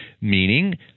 meaning